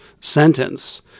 sentence